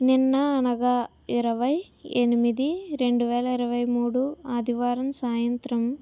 నిన్న అనగా ఇరవై ఎనిమిది రెండు వేల ఇరవై మూడు ఆదివారం సాయంత్రం